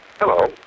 Hello